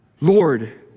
Lord